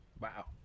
Wow